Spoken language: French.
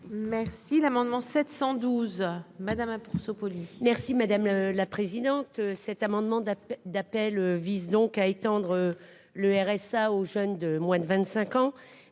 Merci l'amendement 712 madame hein pour ce. Merci madame la présidente, cet amendement d'appel visent donc à étendre le RSA aux jeunes de moins de 25 ans,